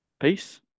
peace